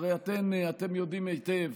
הרי אתם יודעים היטב